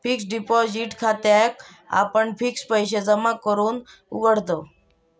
fixed deposit खात्याक आपण fixed पैशे जमा करूक उघडताव